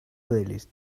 playlist